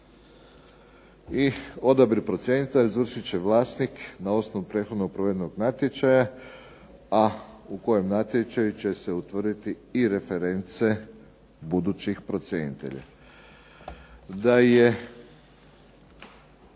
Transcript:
I odabir procjenitelja izvršit će vlasnik na osnovu prethodno provedenog natječaja, a u kojem natječaju će se utvrditi i reference budućih procjenitelja.